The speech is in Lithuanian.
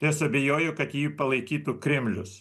nes abejoju kad jį palaikytų kremlius